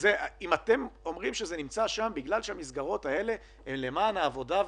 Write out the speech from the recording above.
אם אתם אומרים שזה נמצא שם בגלל שהמסגרות האלו הן למען העבודה והרווחה,